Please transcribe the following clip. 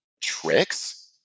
tricks